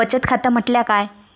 बचत खाता म्हटल्या काय?